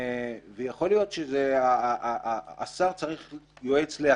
יכול להיות שהשר צריך יועץ לעצמו,